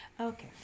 Okay